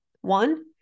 one